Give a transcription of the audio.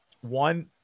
one